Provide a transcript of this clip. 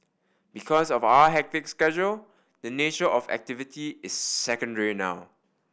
because of our hectic schedule the nature of the activity is secondary now